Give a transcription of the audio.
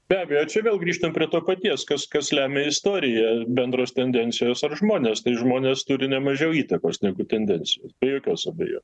be abejo čia vėl grįžtam prie to paties kas kas lemia istorija bendros tendencijos ar žmonės tai žmonės turi nemažiau įtakos negu tendencija be jokios abejon